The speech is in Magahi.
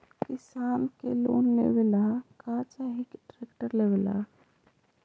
किसान के लोन लेबे ला का चाही ट्रैक्टर लेबे ला?